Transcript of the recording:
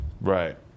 right